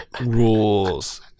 rules